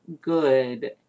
good